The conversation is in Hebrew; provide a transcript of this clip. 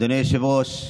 אדוני היושב-ראש,